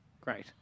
great